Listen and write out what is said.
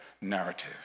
narrative